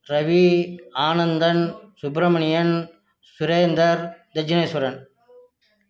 Ravi Anandan Subramanian Surender Thajineshwaran